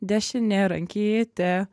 dešinė rankytė